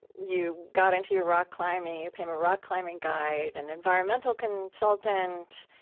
you got into your rock climbing you became a rock climbing guide, an environmental consultant,